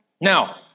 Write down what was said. Now